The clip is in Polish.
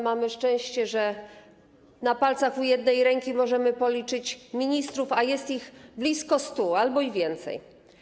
Mamy szczęście, że na palcach jednej ręki możemy policzyć ministrów, a jest ich blisko 100 albo i więcej.